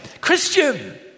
Christian